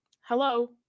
Hello